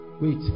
wait